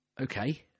Okay